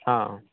हँ